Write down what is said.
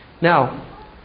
Now